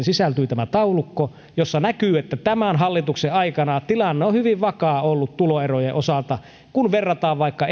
sisältyi taulukko jossa näkyy että tämän hallituksen aikana tilanne on hyvin vakaa ollut tuloerojen osalta kun verrataan vaikka